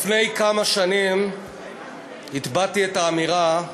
לפני כמה שנים טבעתי את האמירה: